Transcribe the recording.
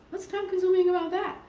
what's time consuming about that?